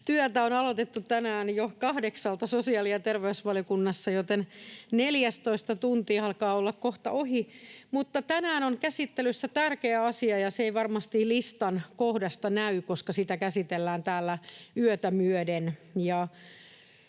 työt on aloitettu tänään jo kahdeksalta sosiaali‑ ja terveysvaliokunnassa, joten 14. tunti alkaa olla kohta ohi. Mutta tänään on käsittelyssä tärkeä asia, ja se ei varmasti listan kohdasta näy, koska sitä käsitellään täällä yötä myöden.